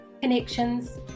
connections